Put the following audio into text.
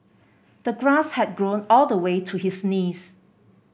the grass had grown all the way to his knees